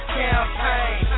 campaign